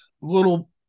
little